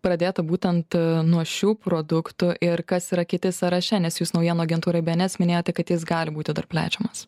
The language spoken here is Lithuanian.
pradėta būtent nuo šių produktų ir kas yra kiti sąraše nes jūs naujienų agentūrai bns minėjote kad jis gali būti plečiamas